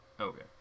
Okay